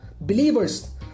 believers